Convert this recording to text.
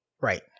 Right